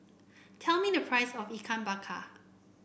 tell me the price of Ikan Bakar